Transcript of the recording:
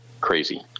crazy